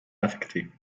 affectées